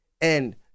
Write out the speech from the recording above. and-